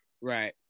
Right